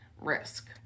risk